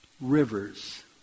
Rivers